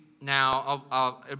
now